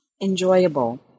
enjoyable